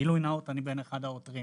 גילוי נאות, אני בין אחד העותרים